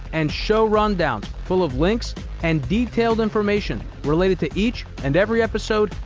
and show rundowns full of links and detailed information related to each and every episode,